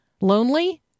lonely